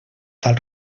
tal